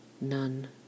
none